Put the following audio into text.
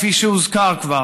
כפי שהוזכר כבר,